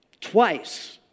twice